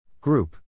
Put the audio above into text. Group